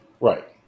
Right